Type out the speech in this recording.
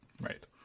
right